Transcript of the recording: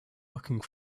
looking